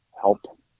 help